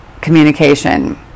communication